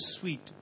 sweet